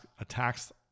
attacks